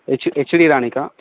H HD దానికా